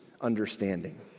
understanding